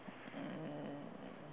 um